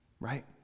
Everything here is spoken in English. Right